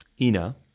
Ina